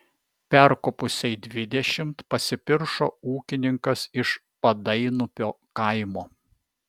perkopusiai dvidešimt pasipiršo ūkininkas iš padainupio kaimo